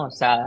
sa